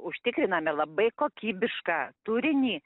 užtikriname labai kokybišką turinį